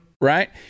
Right